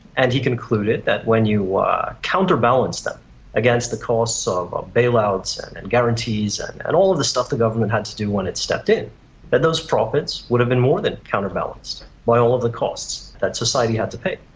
and he concluded that when you ah counterbalance that against the costs ah of of bail-outs and guarantees and and all of the stuff the government had to do when it stepped in, then but those profits would have been more than counterbalanced by all of the costs that society had to pay.